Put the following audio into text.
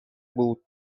بود